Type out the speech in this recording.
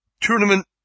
tournament